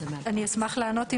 אם תרצה, אשמח לענות.